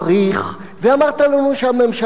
ואמרת לנו שהממשלה שוקלת.